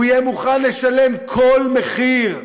הוא יהיה מוכן לשלם כל מחיר.